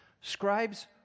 Scribes